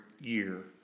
year